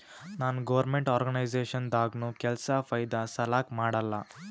ನಾನ್ government organisation ದಾಗ್ನು ಕೆಲ್ಸಾ ಫೈದಾ ಸಲಾಕ್ ಮಾಡಲ್ಲ